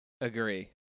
Agree